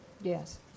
Yes